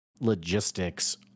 logistics